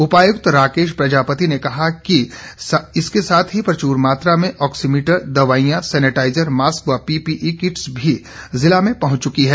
उपायुक्त राकेश प्रजापति ने कहा कि इसके साथ ही प्रचुर मात्रा में आक्सीमीटर दवाइयां सेनेटाइजर मास्क व पीपीई किट्स भी जिला में पहुंच चुकी है